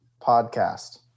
podcast